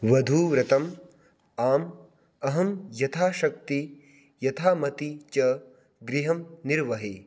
वधूव्रतम् आम् अहं यथाशक्तिः यथामतिः च गृहं निर्वहे